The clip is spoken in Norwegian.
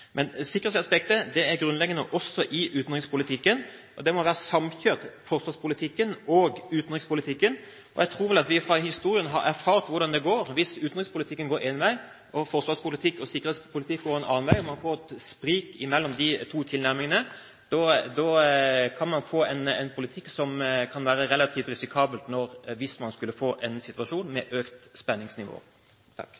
utenrikspolitikken. Forsvarspolitikken og utenrikspolitikken må være samkjørt. Jeg tror vi fra historien har erfart hvordan det går hvis utenrikspolitikken går én vei og forsvarspolitikk og sikkerhetspolitikk går en annen vei, og man får et sprik mellom de to tilnærmingene. Man kan få en politikk som kan være relativt risikabel hvis man skulle få en situasjon med